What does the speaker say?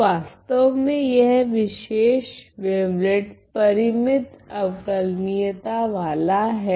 तो वास्तव में यह विशेष वेवलेट परिमित अवकलनीयता वाला हैं